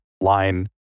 line